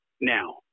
Now